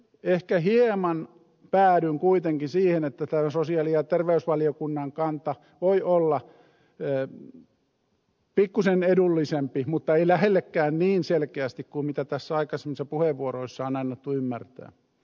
ehkä hieman päädyn kuitenkin siihen että sosiaali ja terveysvaliokunnan kanta voi olla pikkuisen edullisempi mutta ei lähellekään niin selkeästi kuin tässä aikaisemmissa puheenvuoroissa on annettu ymmärtää